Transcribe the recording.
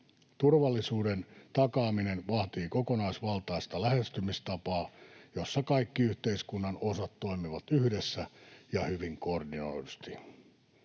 Turvallisuuden takaaminen vaatii kokonaisvaltaista lähestymistapaa, jossa kaikki yhteiskunnan osat toimivat yhdessä ja hyvin koordinoidusti.